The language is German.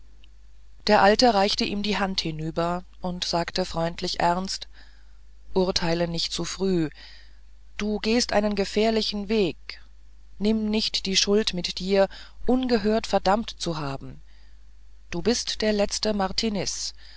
der alte reichte ihm die hand hinüber und sagte freundlich ernst urteile nicht zu frühe du gehst einen gefährlichen weg nimm nicht die schuld mit dir ungehört verdammt zu haben du bist der letzte